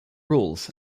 rules